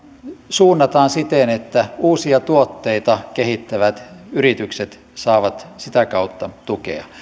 suunnataan siten että uusia tuotteita kehittävät yritykset saavat sitä kautta tukea